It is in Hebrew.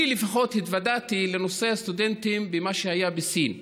אני לפחות התוודעתי לנושא הסטודנטים במה שהיה בסין,